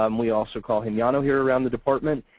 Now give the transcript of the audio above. um we also call him jano here around the department.